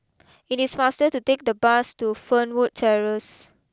it is faster to take the bus to Fernwood Terrace